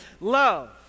love